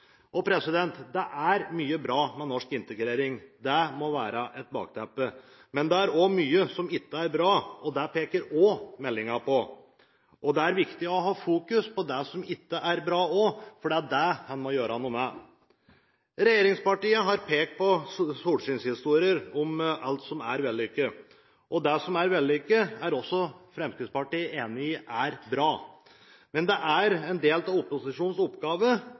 Det er mye bra med norsk integrering – det må være et bakteppe. Men det er også mye som ikke er bra, og det peker også meldingen på. Det er viktig å ha fokus på det som ikke er bra, for det er det en må gjøre noe med. Regjeringspartiene har pekt på solskinnshistorier om alt som er vellykket, og det som er vellykket, er også Fremskrittspartiet enig i at er bra. Men det er en del av opposisjonens oppgave